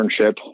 internship